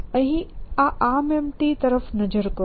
આ ArmEmpty તરફ નજર કરો